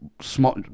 small